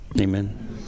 Amen